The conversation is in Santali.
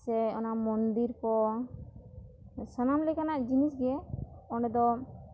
ᱥᱮ ᱚᱱᱟ ᱢᱚᱱᱫᱤᱨ ᱠᱚ ᱥᱟᱱᱟᱢ ᱞᱮᱠᱟᱱᱟᱜ ᱡᱤᱱᱤᱥ ᱜᱮ ᱚᱸᱰᱮ ᱫᱚ